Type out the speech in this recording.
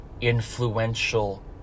influential